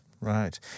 Right